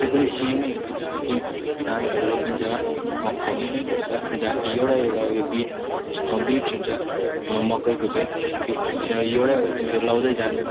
त्यो पनि सेमै हो कि जस्तो कि धानहरू रोपिन्छ खन्नु नै पर्छ जहाँ कि एउटा एउटा उयो बीज बीज हुन्छ मकैको चाहिँ जस्तो कि त्यहाँ एउटा एउटा चाहिँ उयो लगाउँदै जानु